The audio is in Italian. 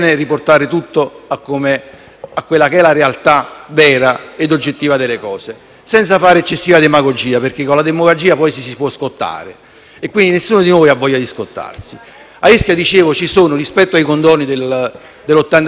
a quella che è la realtà vera e oggettiva delle cose, senza fare eccessiva demagogia perché con essa, poi, ci si può scottare e nessuno di noi ha voglia di scottarsi. A Ischia - dicevo - rispetto ai condoni del 1985, del 1992 e del 2003